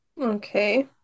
Okay